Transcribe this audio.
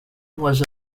was